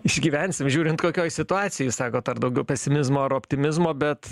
išgyvensim žiūrint kokioj situacijoj jūs sakot ar daugiau pesimizmo ar optimizmo bet